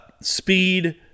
speed